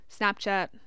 snapchat